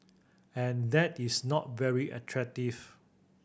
and that is not very attractive